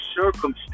circumstance